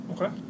Okay